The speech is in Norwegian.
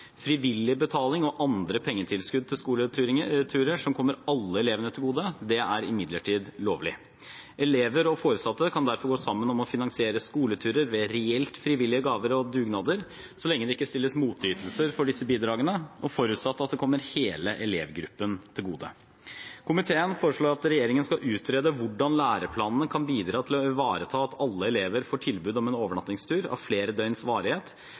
Frivillig betaling og andre pengetilskudd til skoleturer som kommer alle elevene til gode, er imidlertid lovlig. Elever og foresatte kan derfor gå sammen om å finansiere skoleturer ved reelt frivillige gaver og dugnader, så lenge det ikke stilles motytelser for disse bidragene, og forutsatt at det kommer hele elevgruppen til gode. Komiteen foreslår at regjeringen skal utrede hvordan læreplanene kan bidra til å ivareta at alle elever får tilbud om en overnattingstur av flere døgns varighet